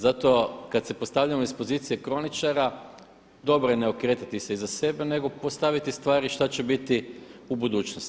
Zato kad se postavljamo iz pozicije kroničara dobro je ne okretati se iza sebe, nego postaviti stvari šta će biti u budućnosti.